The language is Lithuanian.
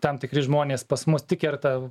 tam tikri žmonės pas mus tik kerta